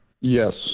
Yes